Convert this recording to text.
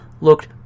looked